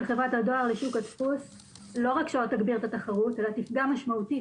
חברת הדואר לשוק הדפוס לא רק שלא תגביר את התחרות אלא תפגע משמעותית